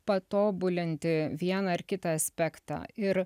patobulinti vieną ar kitą aspektą ir